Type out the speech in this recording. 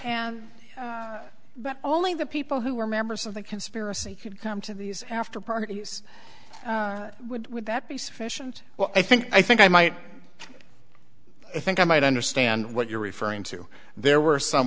at only the people who were members of the conspiracy could come to these after parties would would that be sufficient well i think i think i might i think i might understand what you're referring to there were some